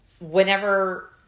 whenever